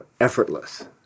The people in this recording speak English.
effortless